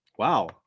Wow